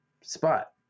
spot